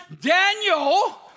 Daniel